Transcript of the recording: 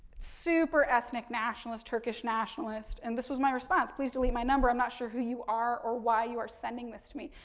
super ethnic nationalist, turkish nationalist, and this was my response. please delete my number. i'm not sure who you are, or why you are sending this to me.